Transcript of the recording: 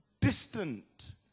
distant